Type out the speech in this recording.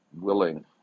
willing